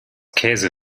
käse